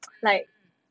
mm